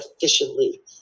efficiently